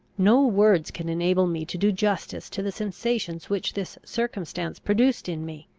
no words can enable me to do justice to the sensations which this circumstance produced in me.